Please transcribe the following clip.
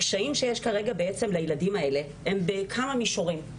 הקשיים שיש כרגע לילדים האלה, הם בכמה מישורים: